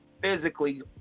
physically